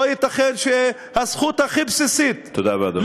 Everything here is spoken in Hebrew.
לא ייתכן שהזכות הכי בסיסית, תודה רבה, אדוני.